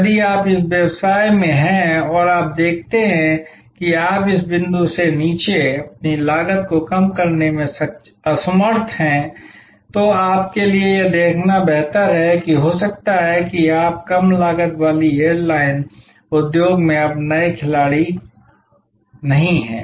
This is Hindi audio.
यदि आप उस व्यवसाय में हैं और आप देखते हैं कि आप इस बिंदु से नीचे अपनी लागत को कम करने में असमर्थ हैं तो आपके लिए यह देखना बेहतर है कि हो सकता है कि आप कम लागत वाली एयरलाइंस उद्योग में अब खिलाड़ी नहीं हैं